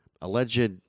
alleged